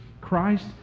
Christ